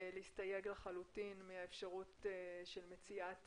להסתייג לחלוטין מהאפשרות של מציאת